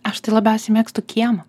aš tai labiausiai mėgstu kiemą